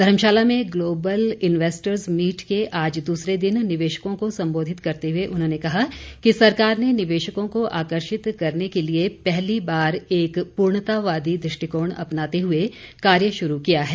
धर्मशाला में global investor meet के आज दूसरे दिन निवेशकों को संबोधित करते हुए उन्होंने कहा कि सरकार ने निवेशकों को आकर्षित करने के लिए पहली बार एक हॉलिस्टिक दृष्टिकोण अपनाते हुए कार्य शुरू किया है